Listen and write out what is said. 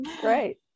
Great